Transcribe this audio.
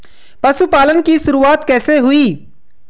पशुपालन की शुरुआत कैसे हुई?